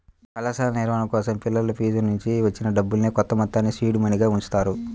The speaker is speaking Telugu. కళాశాల నిర్వహణ కోసం పిల్లల ఫీజునుంచి వచ్చిన డబ్బుల్నే కొంతమొత్తాన్ని సీడ్ మనీగా ఉంచుతారు